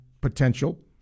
potential